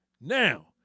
Now